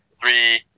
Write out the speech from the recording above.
three